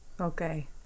Okay